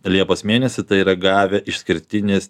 liepos mėnesį tai yra gavę išskirtines